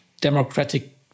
democratic